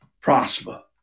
prosper